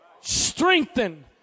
Strengthen